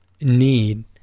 need